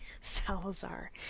Salazar